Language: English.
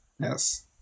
Yes